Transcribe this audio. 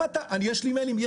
יש לי מיילים,